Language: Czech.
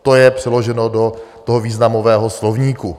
To je přeloženo do toho významového slovníku.